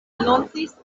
anoncis